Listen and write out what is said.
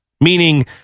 meaning